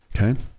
Okay